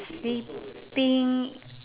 sleeping